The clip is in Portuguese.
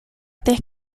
ter